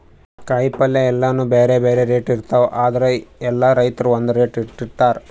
ಕಾಯಿಪಲ್ಯ ಎಲ್ಲಾನೂ ಬ್ಯಾರೆ ಬ್ಯಾರೆ ರೇಟ್ ಇರ್ತವ್ ಆದ್ರ ಎಲ್ಲಾ ರೈತರ್ ಒಂದ್ ರೇಟ್ ಇಟ್ಟಿರತಾರ್